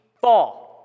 fall